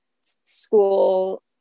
school